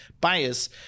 bias